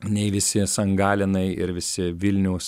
nei visi san galenai ir visi vilniaus